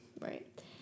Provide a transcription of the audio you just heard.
Right